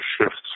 shifts